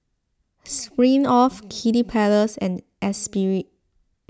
Smirnoff Kiddy Palace and Espirit